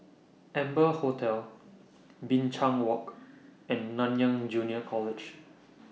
Amber Hotel Binchang Walk and Nanyang Junior College